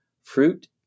fruit